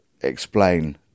Explain